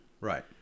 Right